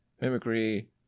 mimicry